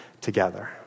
together